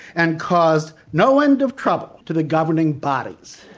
and caused no end of trouble to the governing bodies.